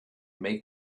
make